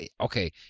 okay